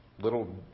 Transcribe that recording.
little